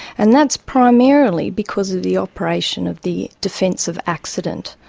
and that's primarily because of the operation of the defence of accident.